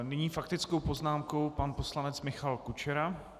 Nyní s faktickou poznámkou pan poslanec Michal Kučera.